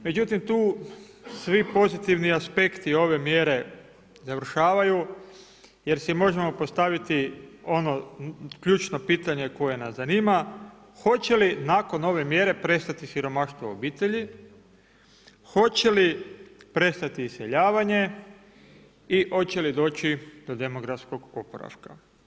Međutim, tu svi pozitivni aspekti ove mjere završavaju jer si možemo postaviti ono ključno pitanje koje nas zanima hoće li nakon ove mjere prestati siromaštvo u obitelji, hoće li prestati iseljavanje i hoće li doći do demografskog oporavka.